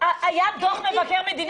האם זה ישפיע על האפשרות שאתם תשקלו אולי לגבות